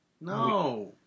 No